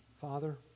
Father